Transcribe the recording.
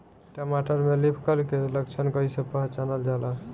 टमाटर में leaf curl के लक्षण कइसे पहचानल जाला?